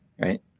right